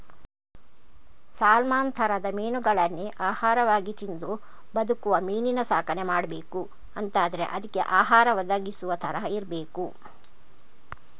salmon ತರದ ಮೀನುಗಳನ್ನೇ ಆಹಾರವಾಗಿ ತಿಂದು ಬದುಕುವ ಮೀನಿನ ಸಾಕಣೆ ಮಾಡ್ಬೇಕು ಅಂತಾದ್ರೆ ಅದ್ಕೆ ಆಹಾರ ಒದಗಿಸುವ ತರ ಇರ್ಬೇಕು